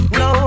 no